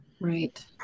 Right